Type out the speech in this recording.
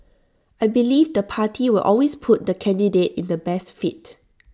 I believe the party will always put the candidate in the best fit